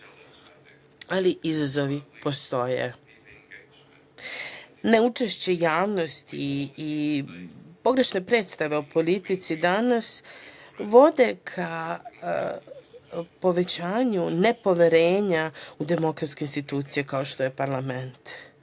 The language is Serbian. Ali, izazovi postoje. Neučešće javnosti i pogrešne predstave o politici danas vode ka povećanju nepoverenja u demokratske institucije kao što je parlament,